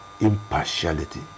Impartiality